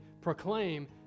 proclaim